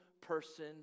person